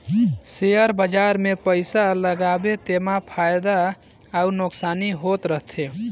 share बजार मे पइसा लगाबे तेमा फएदा अउ नोसकानी होत रहथे